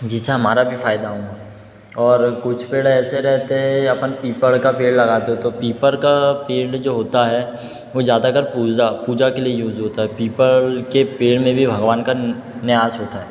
जैसे हमारा भी फायदा होगा और कुछ पेड़ ऐसे रहते है अपन पीपल का पेड़ लगाते हो तो पीपल का पेड़ जो होता है वो ज़्यादातर पूजा पूजा के लिए यूज होता है पीपल के पेड़ में भी भगवान का निवास होता है